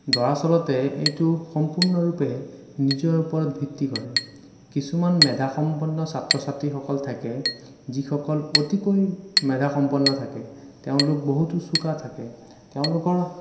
দৰাচলতে এইটো সম্পূৰ্ণৰূপে নিজৰ ওপৰত ভিত্তি কৰে কিছুমান মেধাসম্পন্ন ছাত্ৰ ছাত্ৰীসকল থাকে যিসকল অতিকৈ মেধাসম্পন্ন থাকে তেওঁলোক বহুতো চোকা থাকে তেওঁলোকৰ